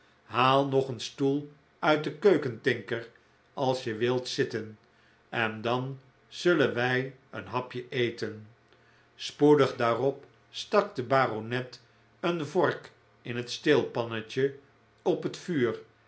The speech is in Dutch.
haal nog een stoel uit de keuken tinker als je wilt zitten en dan zullen wij een hapje eten spoedig daarop stak de baronet een vork in het steelpannetje op het vuur